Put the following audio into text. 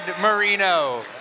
Marino